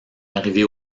arrivée